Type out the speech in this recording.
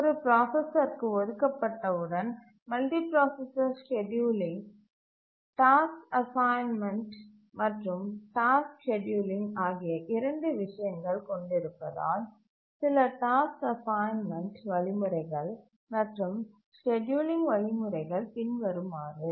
ஒரு பிராசசருக்கு ஒதுக்கப்பட்டவுடன் மல்டிபிராசசர் ஸ்கேட்யூலிங் டாஸ்க் அசைன்மென்ட் மற்றும் டாஸ்க் ஸ்கேட்யூலிங் ஆகிய 2 விஷயங்கள் கொண்டிருப்பதால் சில டாஸ்க் அசைன்மென்ட் வழிமுறைகள் மற்றும் ஸ்கேட்யூலிங் வழிமுறைகள் பின்வருமாறு